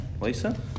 Lisa